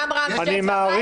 גם רם שפע בא הצביע בעד.